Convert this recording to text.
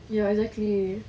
ya exactly